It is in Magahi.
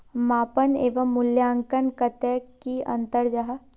मापन एवं मूल्यांकन कतेक की अंतर जाहा?